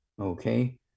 okay